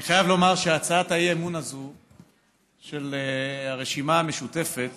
אני חייב לומר שהצעת האי-אמון הזאת של הרשימה המשותפת